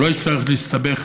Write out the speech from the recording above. הוא לא יצטרך להסתבך